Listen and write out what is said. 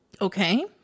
okay